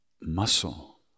muscle